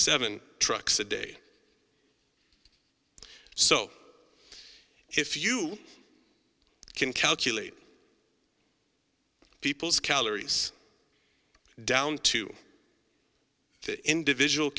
seven trucks a day so if you can calculate people's calories down to individual